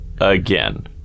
again